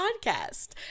podcast